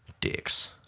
Dicks